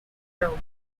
group